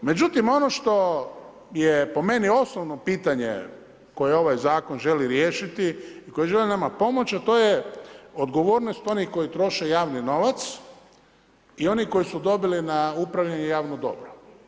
Međutim ono što je po meni osnovno pitanje koje ovaj zakon želi riješiti, koji želi nama pomoć, a to je odgovornost onih koji troše javni novac i onih koji su dobili na upravljanju javno dobro.